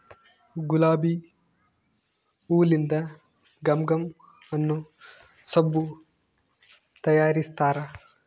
ಗುಲಾಬಿ ಹೂಲಿಂದ ಘಮ ಘಮ ಅನ್ನೊ ಸಬ್ಬು ತಯಾರಿಸ್ತಾರ